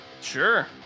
Sure